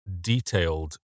detailed